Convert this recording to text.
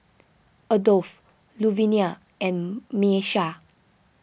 Adolf Luvenia and Miesha